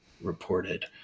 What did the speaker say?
reported